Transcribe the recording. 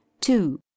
two